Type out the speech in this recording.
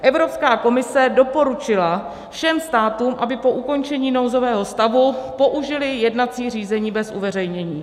Evropská komise doporučila všem státům, aby po ukončení nouzového stavu použily jednací řízení bez uveřejnění.